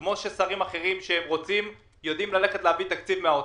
כפי ששרים אחרים כשהם רוצים יודעים ללכת ולהביא תקציב מן האוצר,